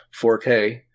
4K